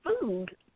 food